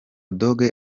dogg